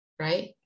right